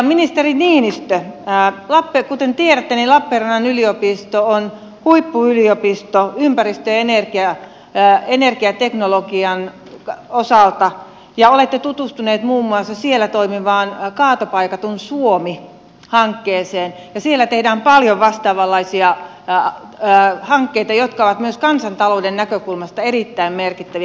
ministeri niinistö kuten tiedätte lappeenrannan yliopisto on huippuyliopisto ympäristö ja energiateknologian osalta ja olette tutustunut muun muassa siellä toimivaan kaatopaikaton suomi hankkeeseen ja siellä tehdään paljon vastaavanlaisia hankkeita jotka ovat myös kansantalouden näkökulmasta erittäin merkittäviä